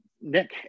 Nick